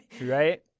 Right